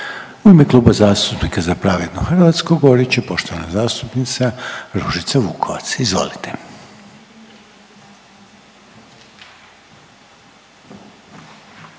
U ime Kluba zastupnika Za pravednu Hrvatsku govorit će poštovana zastupnica Ružica Vukovac, izvolite.